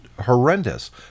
horrendous